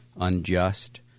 unjust